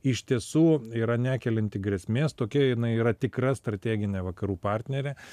iš tiesų yra nekelianti grėsmės tokia jinai yra tikra strateginė vakarų partnerė